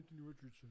Richardson